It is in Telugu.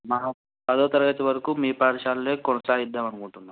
మహ పదో తరగతి వరకు మీ పాఠశాల లోనే కొనసాగిద్దామనుకుంటున్నాం